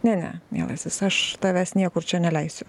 ne ne mielasis aš tavęs niekur čia neleisiu